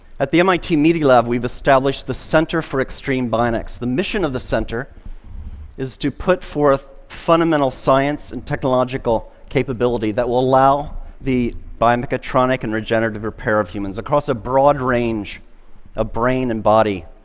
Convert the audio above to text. at the mit media lab, we've established the center for extreme bionics. the mission of the center is to put forth fundamental science and technological capability that will allow the biomechatronic and regenerative repair of humans, across a broad range of ah brain and body